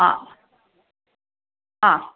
हा हा